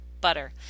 butter